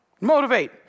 Motivate